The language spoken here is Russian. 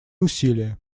усилия